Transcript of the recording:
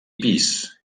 pis